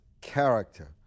character